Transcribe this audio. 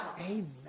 Amen